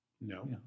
No